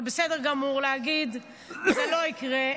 זה בסדר גמור להגיד: זה לא יקרה.